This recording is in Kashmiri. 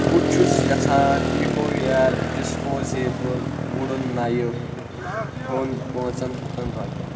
بہٕ چھس یژھان اٮ۪کو وییر ڈِسپوزِبٕل وُڈٕن نایف ہٮ۪ون پانٛژَن ہتَن رۄپین